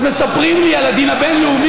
אז מספרים לי על הדין הבין-לאומי,